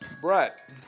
Brett